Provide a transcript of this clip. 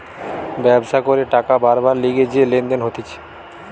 ব্যবসা করে টাকা বারবার লিগে যে লেনদেন হতিছে